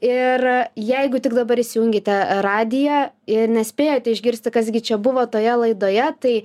ir jeigu tik dabar įsijungėte radiją ir nespėjote išgirsti kas gi čia buvo toje laidoje tai